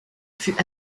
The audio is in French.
fut